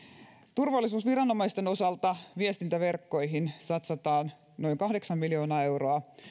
turvallisuusviranomaisten osalta viestintäverkkoihin satsataan noin kahdeksan miljoonaa euroa